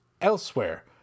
elsewhere